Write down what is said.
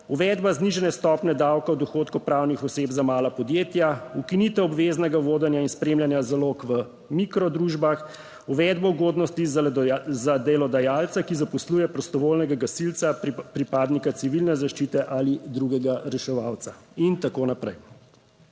uvedba znižane stopnje davka od dohodkov pravnih oseb za mala podjetja, ukinitev obveznega vodenja in spremljanja zalog v mikro družbah, uvedbo ugodnosti za delodajalca, ki zaposluje prostovoljnega gasilca, pripadnika civilne zaščite ali drugega reševalca, in tako naprej.